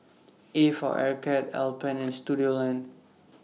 A For Arcade Alpen and Studioline